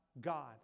God